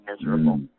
miserable